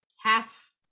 half